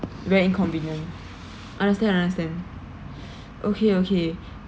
very inconvenient understand understand okay okay